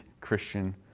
Christian